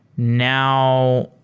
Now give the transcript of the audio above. now,